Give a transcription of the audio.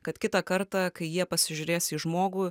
kad kitą kartą kai jie pasižiūrės į žmogų